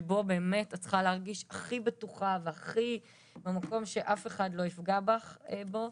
שבו באמת את צריכה להרגיש הכי בטוחה והכי במקום שאף אחד לא יפגע בך בו.